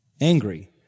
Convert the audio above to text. angry